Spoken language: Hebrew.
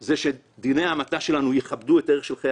זה שדיני ההמתה שלנו יכבדו את ערך חיי